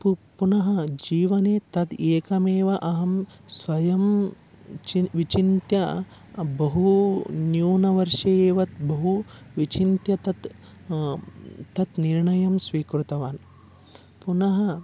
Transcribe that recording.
प् पुनः जीवने तद् एकमेव अहं स्वयं चि विचिन्त्य बहु न्यूनवर्षे एव बहु विचिन्त्य तत् तत् निर्णयं स्वीकृतवान् पुनः